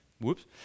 whoops